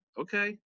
Okay